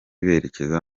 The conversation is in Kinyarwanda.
berekeza